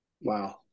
Wow